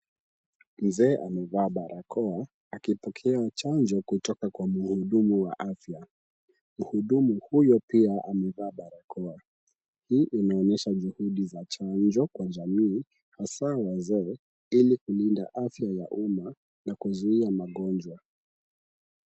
Mzee amevaa barakoa akipokea chanjo kutoka kwa mhudumu wa afya, mhudumu huyo pia amevaa barakoa, hii inaonyesha juhudi za chanjo kwa jamii hasa wazee ili kulinda afya ya umma na kuzuia magonjwa.